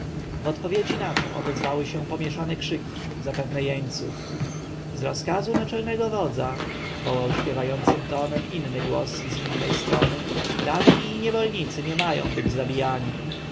odpowiedzi na to odezwały się pomieszane krzyki zapewne jeńców z rozkazu naczelnego wodza wołał śpiewającym tonem i inny głos w innej stronie ranni i niewolnicy nie mają być zabijani